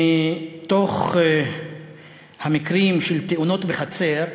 מתוך המקרים של תאונות בחצר,